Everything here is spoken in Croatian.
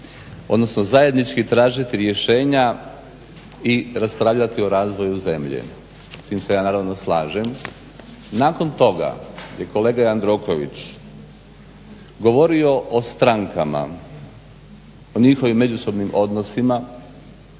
odnosno zajednički tražiti rješenja i raspravljati o razvoju zemlje. S tim se ja naravno slažem. Nakon toga je kolega Jandroković govorio o strankama, o njihovim međusobnim odnosima,